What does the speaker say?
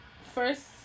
First